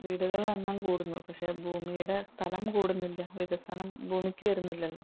വീടുകളുടെ എണ്ണം കൂടുന്നു പക്ഷെ ഭൂമിയുടെ സ്ഥലം കൂടുന്നില്ല വികസനം ഭൂമിക്ക് വരുന്നില്ലല്ലോ